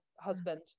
husband